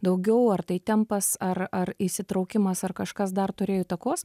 daugiau ar tai tempas ar ar įsitraukimas ar kažkas dar turėjo įtakos